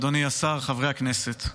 אדוני השר, חברי הכנסת,